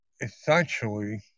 essentially